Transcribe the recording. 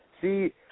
See